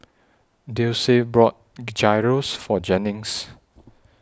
Dulcie bought Gyros For Jennings